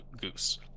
goose